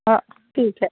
हो ठीक आहे